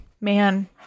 man